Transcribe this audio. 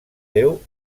deu